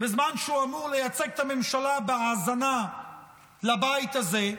בזמן שהוא אמור לייצג את הממשלה בהאזנה לבית הזה,